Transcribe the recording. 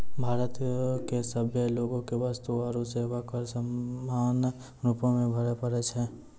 भारतो के सभे लोगो के वस्तु आरु सेवा कर समान रूपो से भरे पड़ै छै